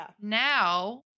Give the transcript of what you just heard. now